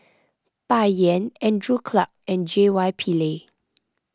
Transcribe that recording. Bai Yan Andrew Clarke and J Y Pillay